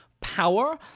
power